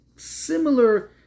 similar